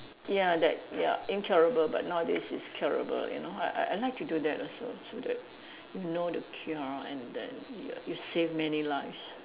ya that ya incurable but nowadays is curable you know I I like to do that also so that you know the cure and then you you save many lives